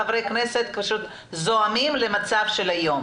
חבר כנסת אבוטבול, בבקשה.